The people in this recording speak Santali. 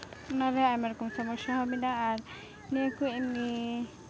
ᱚᱱᱟ ᱨᱮᱦᱚᱸ ᱟᱭᱢᱟ ᱨᱚᱠᱚᱢ ᱥᱚᱢᱚᱥᱥᱟ ᱦᱚᱸ ᱢᱮᱱᱟᱜᱼᱟ ᱟᱨ ᱱᱤᱭᱩᱟᱹᱠᱚ ᱮᱢᱱᱤ